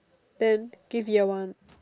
then give year one